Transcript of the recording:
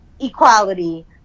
equality